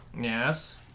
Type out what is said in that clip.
Yes